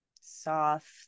soft